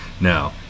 Now